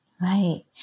right